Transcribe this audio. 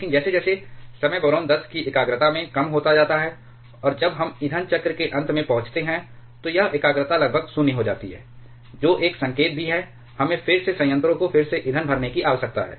लेकिन जैसे जैसे समय बोरान 10 की एकाग्रता में कम होता जाता है और जब हम ईंधन चक्र के अंत में पहुंचते हैं तो यह एकाग्रता लगभग 0 हो जाती है जो एक संकेत भी है कि हमें फिर से संयंत्रों को फिर से ईंधन भरने की आवश्यकता है